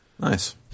Nice